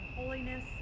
holiness